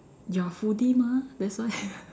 you're a foodie mah that's why